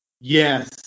Yes